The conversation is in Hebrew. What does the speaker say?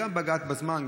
גם בהגעה בזמן,